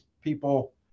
people